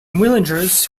villagers